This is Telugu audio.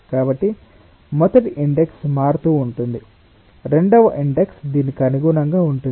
కాబట్టి మొదటి ఇండెక్స్ మారుతూ ఉంటుంది రెండవ ఇండెక్స్ దీనికి అనుగుణంగా ఉంటుంది